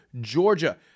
Georgia